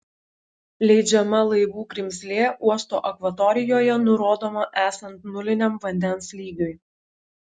leidžiama laivų grimzlė uosto akvatorijoje nurodoma esant nuliniam vandens lygiui